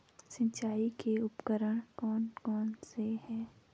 सिंचाई के उपकरण कौन कौन से हैं?